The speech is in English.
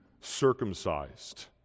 circumcised